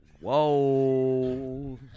Whoa